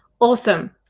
Awesome